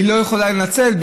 היא לא יכולה לנצל,